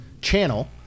channel